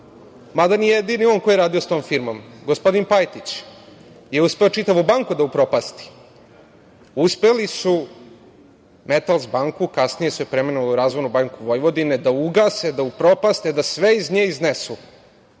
Mada, nije jedini on koji je radio sa tom firmom. Gospodin Pajtić je uspeo čitavu banku da upropasti. Uspeli su „Metals banku“, kasnije su je preimenovali u „Razvojnu banku Vojvodine“, da ugase, da upropaste, da sve iz nje iznesu.